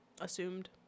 Assumed